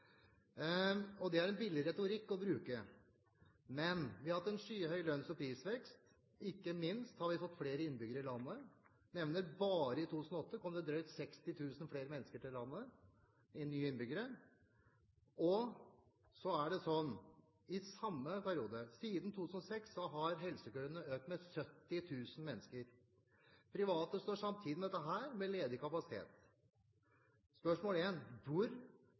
Det er en billig retorikk. Men vi har hatt en skyhøy lønns- og prisvekst, og ikke minst har vi fått flere innbyggere i landet. Jeg nevner at bare i 2008 kom det drøyt 60 000 flere mennesker til landet – nye innbyggere. Så er det slik at i samme periode, siden 2006, har helsekøene økt med 70 000 mennesker. Private står samtidig med ledig kapasitet. Jeg spør: Hva er feil med